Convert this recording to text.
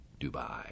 Dubai